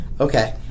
Okay